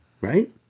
Right